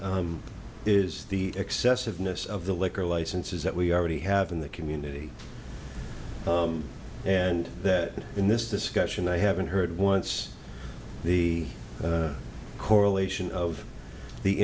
is the excessiveness of the liquor licenses that we already have in the community and that in this discussion i haven't heard once the correlation of the